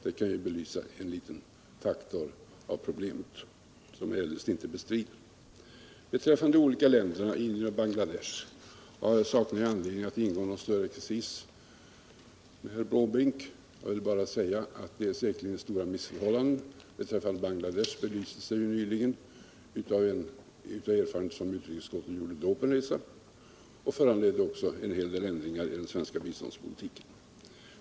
Det kan ju belysa en liten faktor av problemet, som jag eljest inte bestrider. Beträffande de olika länderna inom Bangladesh saknar jag anledning att ingå på någon större exercis med herr Måbrink. Jag vill bara säga: Det är säkerligen stora missförhållanden där. De belystes ju nyligen genom erfarenheter som utrikesutskottet gjorde under en resa, och det föranledde också en hel del ändringar i det svenska biståndet.